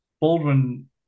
baldwin